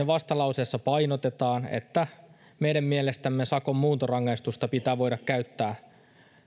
vastalauseessa painotetaan että meidän mielestämme sakon muuntorangaistusta pitää voida käyttää